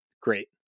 great